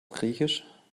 griechisch